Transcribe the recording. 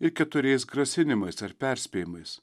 ir keturiais grasinimais ar perspėjimais